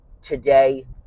today